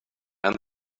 and